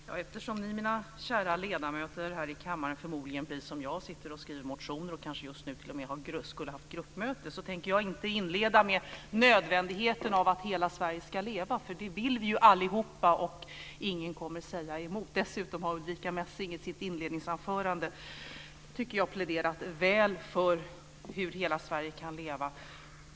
Fru talman! Eftersom ni, mina kära ledamöter här i kammaren, förmodligen som jag sitter och skriver motioner och kanske just nu t.o.m. skulle ha haft gruppmöte, tänker jag inte inleda med nödvändigheten av att hela Sverige ska leva, för det vill vi ju allihop. Ingen skulle säga emot mig. Dessutom har Ulrica Messing i sitt inledningsanförande, tycker jag, pläderat väl för hur hela Sverige kan leva.